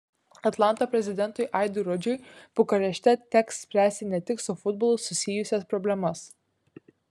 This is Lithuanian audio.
atlanto prezidentui aidui rudžiui bukarešte teks spręsti ne tik su futbolu susijusias problemas